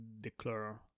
declare